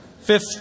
Fifth